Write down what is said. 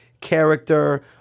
character